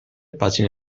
pagine